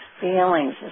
feelings